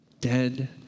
Dead